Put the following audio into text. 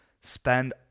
spend